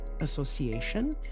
Association